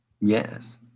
Yes